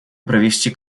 провести